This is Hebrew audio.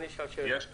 יש,